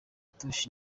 tosh